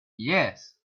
yes